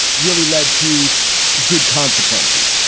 really led to good consequences?